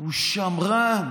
הוא שמרן.